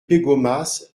pégomas